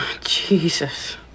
Jesus